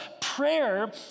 prayer